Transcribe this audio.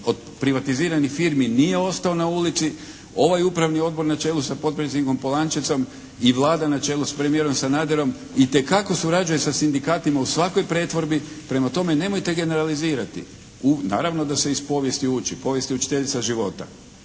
od privatiziranih firmi nije ostao na ulici, ovaj upravni odbor na čelu sa potpredsjednikom Polančecom i Vlada na čelu sa premijerom Sanaderom itekako surađuje sa sindikatima u svakoj pretvorbi. Prema tome, nemojte generalizirati. Naravno da se iz povijesti uči. Povijest je učiteljica života.